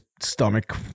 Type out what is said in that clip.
stomach